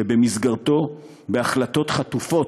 שבמסגרתו, בהחלטות חטופות,